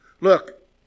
Look